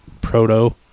Proto